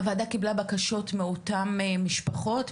הוועדה קיבלה בקשות מאותן משפחות?